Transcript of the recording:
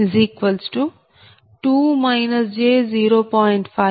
509